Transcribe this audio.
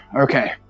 Okay